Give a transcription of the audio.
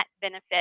benefit